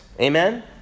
amen